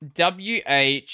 WH